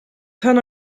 ten